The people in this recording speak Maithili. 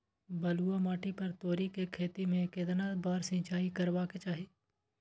बलुआ माटी पर तोरी के खेती में केतना बार सिंचाई करबा के चाही?